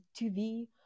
TV